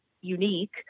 unique